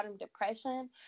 depression